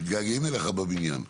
מתגעגעים אליך בבניין.